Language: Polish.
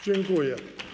Dziękuję.